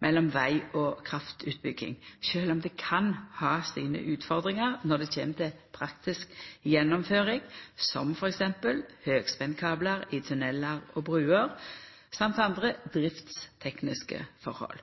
mellom veg- og kraftutbygging, sjølv om det kan ha sine utfordringar når det kjem til praktisk gjennomføring, som t.d. høgspentkablar i tunellar og bruer, samt andre driftstekniske forhold.